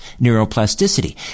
neuroplasticity